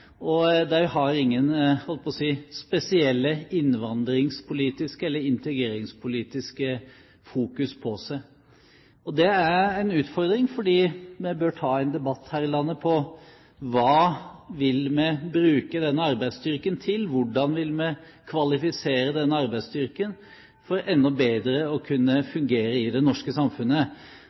og de har ikke noe fokus på seg som er – jeg holdt på å si – spesielt innvandringspolitisk eller integreringspolitisk. Det er en utfordring. Vi bør ta en debatt her i landet om hva vi vil bruke denne arbeidsstyrken til, og hvordan vi vil kvalifisere denne arbeidsstyrken for at den enda bedre skal kunne fungere i det norske samfunnet.